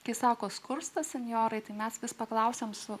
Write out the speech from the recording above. kai sako skursta senjorai tai mes vis paklausėme su